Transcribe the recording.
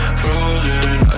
frozen